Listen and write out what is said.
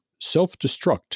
self-destruct